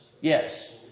Yes